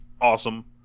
awesome